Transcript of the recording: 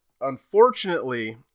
Unfortunately